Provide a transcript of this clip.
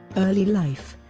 early life